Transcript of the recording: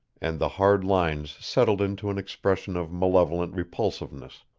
and the hard lines settled into an expression of malevolent repulsiveness.